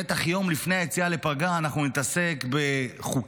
בטח יום לפני היציאה לפגרה אנחנו נתעסק בחוקים